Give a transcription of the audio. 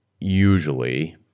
usually